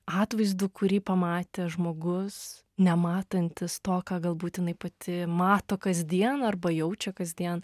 atvaizdu kurį pamatė žmogus nematantis to ką galbūt jinai pati mato kasdien arba jaučia kasdien